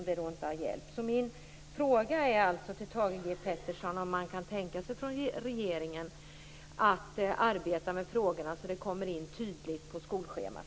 Min fråga till Thage G Peterson är: Kan regeringen tänka sig att arbeta med frågorna så till vida att de ges en tydlig plats i skolschemat?